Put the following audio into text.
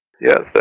Yes